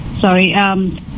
Sorry